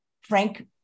Frank